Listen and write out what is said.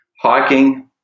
hiking